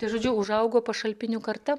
tai žodžiu užaugo pašalpinių karta